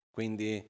Quindi